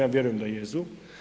Ja vjerujem da jesu.